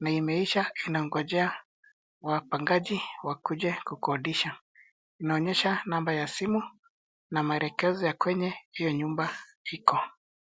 na imeisha inagonjea wapangaji wakuje kukodisha. Inaonyesha namba ya simu na maelekezo ya kwenye hiyo nyumba iko.